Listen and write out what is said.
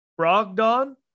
Brogdon